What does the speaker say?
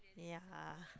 yea